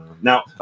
Now